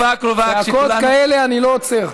צעקות כאלה אני לא עוצר.